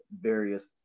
various